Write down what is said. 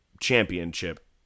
Championship